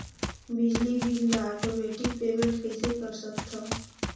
बिजली बिल ल automatic payment कइसे कर सकथव?